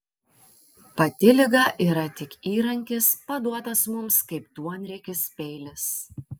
pati liga yra tik įrankis paduotas mums kaip duonriekis peilis